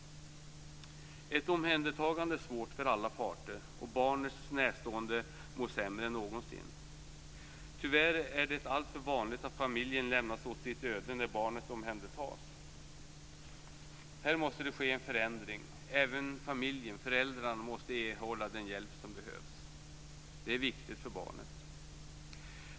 Ett omhändertagande är svårt för alla parter. Barnets närstående mår sämre än någonsin. Tyvärr är det alltför vanligt att familjen lämnas åt sitt öde när barnet omhändertas. Här måste det ske en förändring. Även familjen - föräldrarna - måste erhålla den hjälp som behövs. Det är viktigt för barnet.